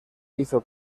hizo